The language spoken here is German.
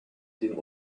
den